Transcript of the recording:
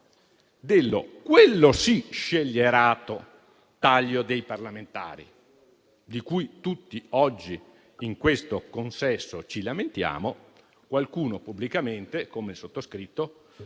dello scellerato (quello sì) taglio dei parlamentari, di cui tutti oggi in questo consesso ci lamentiamo, qualcuno pubblicamente - come il sottoscritto,